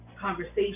conversation